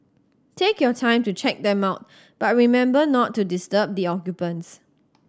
take your time to check them out but remember not to disturb the occupants